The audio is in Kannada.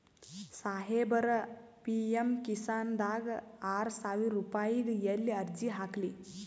ಸಾಹೇಬರ, ಪಿ.ಎಮ್ ಕಿಸಾನ್ ದಾಗ ಆರಸಾವಿರ ರುಪಾಯಿಗ ಎಲ್ಲಿ ಅರ್ಜಿ ಹಾಕ್ಲಿ?